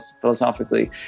philosophically